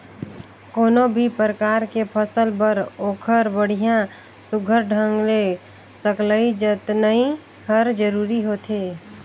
कोनो भी परकार के फसल बर ओखर बड़िया सुग्घर ढंग ले सकलई जतनई हर जरूरी होथे